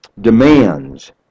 demands